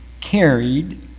carried